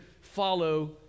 follow